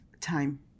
time